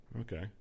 Okay